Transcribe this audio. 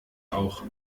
auch